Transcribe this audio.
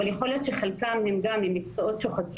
אבל יכול להיות שחלקם הם גם ממקצועות שוחקים.